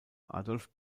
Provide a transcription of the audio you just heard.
adolf